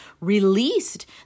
released